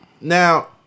Now